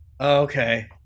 Okay